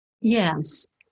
Yes